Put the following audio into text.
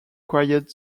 quiet